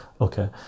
okay